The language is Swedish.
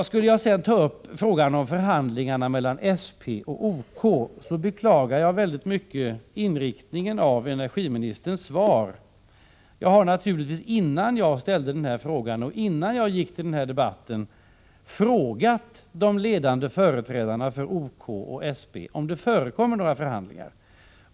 Skulle jag sedan ta upp frågan om förhandlingarna mellan SP och OK, beklagar jag mycket inriktningen av energiministerns svar. Jag har naturligtvis innan jag framställde interpellationen och innan jag gick till denna debatt frågat de ledande företrädarna för OK och SP om det förekommer några förhandlingar.